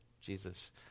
Jesus